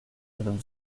them